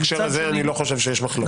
אין מחלוקת.